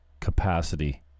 capacity